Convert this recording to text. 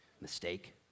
Mistake